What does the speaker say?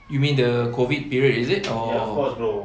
you mean the COVID period is it or